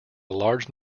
large